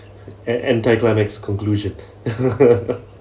an~ anticlimax conclusion